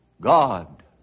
God